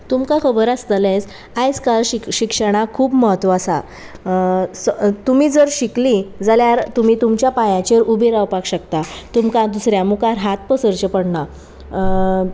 तुमकां खबर आसतलेंच आयज काल शिक्षणाक खूब महत्व आसा तुमी जर शिकलीं जाल्यार तुमी तुमच्या पांयांचेर उबी रावपाक शकता तुमकां दुसऱ्या मुखार हात पसरचे पडना